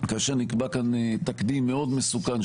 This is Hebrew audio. כאשר נקבע כאן תקדים מאוד מסוכן,